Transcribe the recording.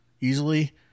easily